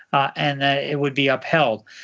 ah and ah it would be upheld.